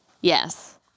Yes